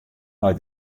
nei